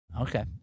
okay